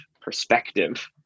perspective